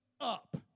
up